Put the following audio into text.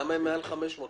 למה הן מעל 500?